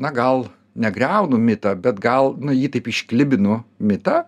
na gal negriaunu mitą bet gal jį taip išklibinu mitą